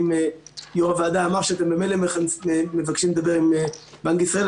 ואם יושב-ראש הוועדה אמר שאתם ממילא מבקשים לדבר עם בנק ישראל,